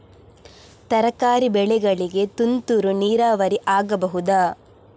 ತರಕಾರಿ ಬೆಳೆಗಳಿಗೆ ತುಂತುರು ನೀರಾವರಿ ಆಗಬಹುದಾ?